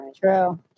True